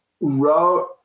wrote